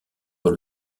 dans